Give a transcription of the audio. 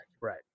Right